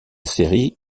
série